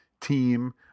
team